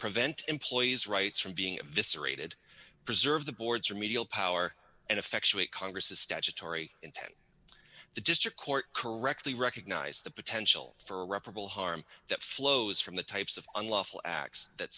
prevent employees rights from being this aerated preserve the board's remedial power and effectuate congress's statutory intent the district court correctly recognized the potential for a reparable harm that flows from the types of unlawful acts that